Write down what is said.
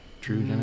true